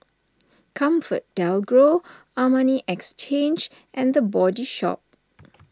ComfortDelGro Armani Exchange and the Body Shop